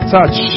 Touch